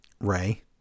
Ray